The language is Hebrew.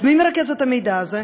אז מי מרכז את המידע הזה?